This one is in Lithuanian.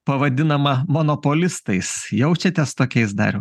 pavadinama monopolistais jaučiatės tokiais dariau